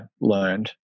learned